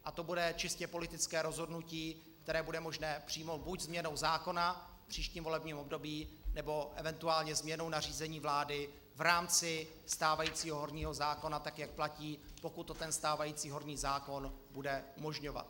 A to bude čistě politické rozhodnutí, které bude možné přijmout buď změnou zákona v příštím volebním období, nebo eventuálně změnou nařízení vlády v rámci stávajícího horního zákona, tak jak platí, pokud to ten stávající horní zákon bude umožňovat.